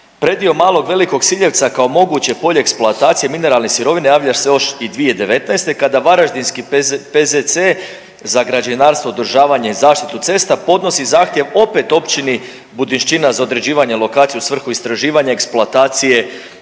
Predio Malog i Velikog Siljevca kao moguće polje eksploatacije mineralne sirovine javlja se još i 2019. kada Varaždinski PZC za građevinarstvo, održavanje i zaštitu cesta podnosi zahtjev opet Općini Budinšćina za određivanje lokacije u svrhu istraživanja i eksploatacije